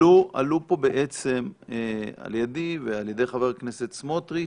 עלו פה בעצם על ידי ועל ידי חבר הכנסת סמוטריץ'